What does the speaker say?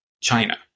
China